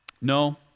No